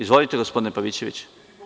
Izvolite, gospodine Pavićević.